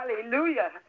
Hallelujah